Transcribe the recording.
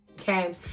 Okay